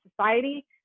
society